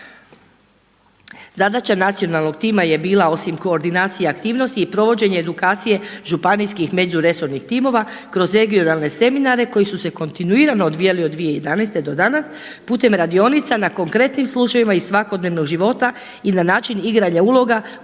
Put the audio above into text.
Zadaća nacionalnog tima je bila osim koordinacije aktivnosti i provođenje edukacije županijskih međuresornih timova kroz regionalne seminare koji su se kontinuirano odvijali od 2011. do danas putem radionica na konkretnim slučajevima iz svakodnevnog života i na način igranja uloga